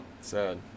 sad